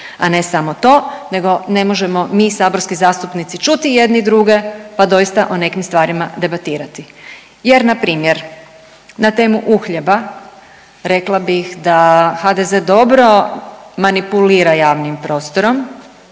A ne samo to, nego ne možemo mi saborski zastupnici čuti jedni druge, pa doista o nekim stvarima debatirati. Jer na primjer na temu uhljeba rekla bih da HDZ dobro manipulira javnim prostorom,